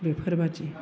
बेफोरबादि